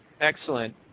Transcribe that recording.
Excellent